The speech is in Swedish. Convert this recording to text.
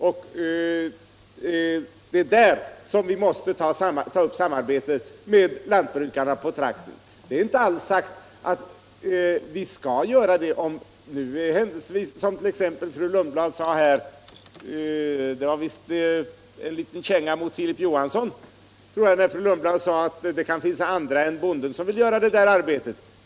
Det är där som vi måste ta upp ett samarbete med jordbrukarna på trakten. Men det är inte alls sagt att vi skall göra det. Fru Lundblad sade här — det var visst en liten känga mot Filip Johansson — att det kan finnas andra än bonden som vill utföra det där arbetet.